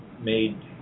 made